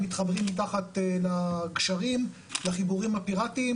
הם מתחברים תחת הגשרים לחיבורים הפיראטיים,